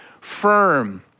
firm